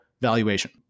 valuation